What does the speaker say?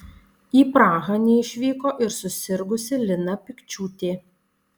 į prahą neišvyko ir susirgusi lina pikčiūtė